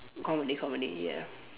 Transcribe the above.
comedy comedy yeah